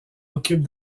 occupent